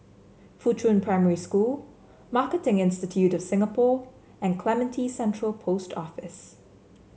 Fuchun Primary School Marketing Institute of Singapore and Clementi Central Post Office